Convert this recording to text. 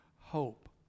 hope